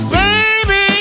baby